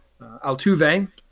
Altuve